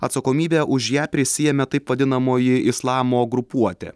atsakomybę už ją prisiėmė taip vadinamoji islamo grupuotė